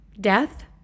death